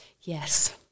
Yes